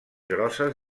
grosses